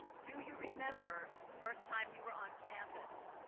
do you remember the first time you were on campus,